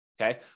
okay